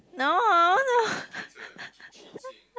no oh no